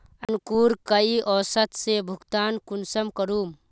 अंकूर कई औसत से भुगतान कुंसम करूम?